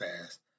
fast